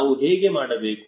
ನಾವು ಹೇಗೆ ಮಾಡಬೇಕು